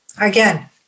again